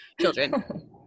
children